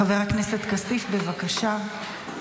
חבר הכנסת כסיף, בבקשה.